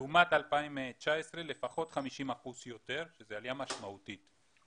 לעומת 2019 לפחות 50% יותר, שזו עלייה משמעותית.